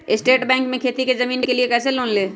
State bank से खेती की जमीन के लिए कैसे लोन ले?